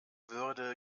würde